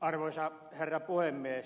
arvoisa herra puhemies